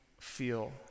feel